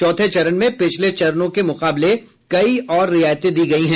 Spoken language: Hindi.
चौथे चरण में पिछले चरणों के मुकाबले कई और रियायतें दी गयी हैं